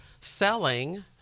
selling